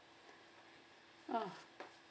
ah